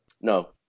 No